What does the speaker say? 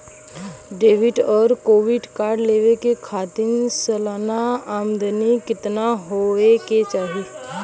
Debit और credit card लेवे के खातिर सलाना आमदनी कितना हो ये के चाही?